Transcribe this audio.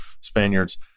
Spaniards